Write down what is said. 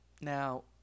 now